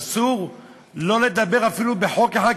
אסור לא לדבר אפילו בחוק אחד,